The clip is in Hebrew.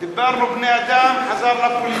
דיברנו בני-אדם, חזר לפוליטיקה.